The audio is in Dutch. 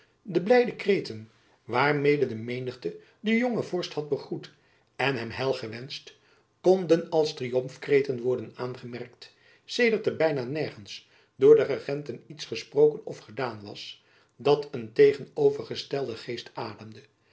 de blijde kreten waarmede de menigte den jongen vorst had begroet en hem heil gewenscht konden als triomfkreten worden aangemerkt sedert er byna nergends door de regenten iets gesproken of gedaan was dat een tegenovergestelden geest ademde